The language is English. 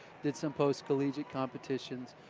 did so post collegiate competitions.